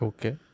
Okay